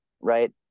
right